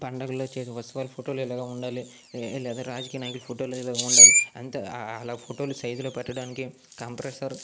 పండగలు వచ్చేసి వర్చువల్ ఫొటోలు ఇలాగ ఉండాలి లేదా రాజకీయ నాయకుల ఫోటోలు ఇలాగ ఉండాలి అంటే అలా ఫోటోలు సైజులో పెట్టడానికి కంప్రెసర్